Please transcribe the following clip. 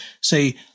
say